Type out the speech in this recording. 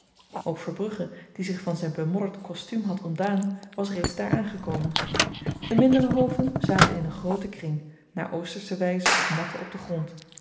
ook verbrugge die zich van zyn bemodderd kostuum had ontdaan was reeds daar aangekomen de mindere hoofden zaten in een grooten kring naar oostersche wyze op matten op den grond